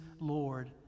Lord